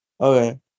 Okay